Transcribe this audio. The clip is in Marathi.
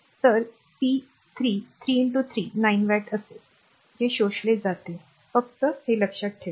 तर पी 3 3 3 9 वॅट असेल जे शोषले जाते फक्त धरून ठेवा